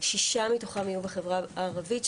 שישה יהיו בחברה הערבית,